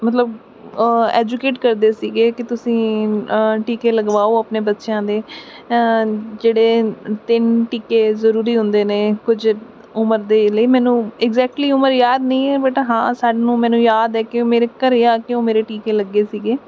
ਮਤਲਬ ਐਜੂਕੇਟ ਕਰਦੇ ਸੀਗੇ ਕਿ ਤੁਸੀਂ ਟੀਕੇ ਲਗਵਾਓ ਆਪਣੇ ਬੱਚਿਆਂ ਦੇ ਜਿਹੜੇ ਤਿੰਨ ਟੀਕੇ ਜ਼ਰੂਰੀ ਹੁੰਦੇ ਨੇ ਕੁਝ ਉਮਰ ਦੇ ਲਈ ਮੈਨੂੰ ਐਗਜੈਕਟਲੀ ਉਮਰ ਯਾਦ ਨਹੀਂ ਹੈ ਬਟ ਹਾਂ ਸਾਨੂੰ ਮੈਨੂੰ ਯਾਦ ਹੈ ਕਿ ਉਹ ਮੇਰੇ ਘਰ ਆ ਉਹ ਮੇਰੇ ਟੀਕੇ ਲੱਗੇ ਸੀਗੇ